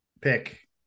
pick